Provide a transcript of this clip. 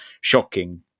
shocking